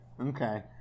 Okay